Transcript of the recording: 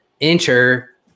enter